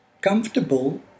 comfortable